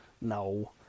No